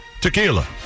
tequila